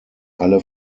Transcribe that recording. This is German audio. alle